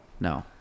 No